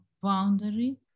boundary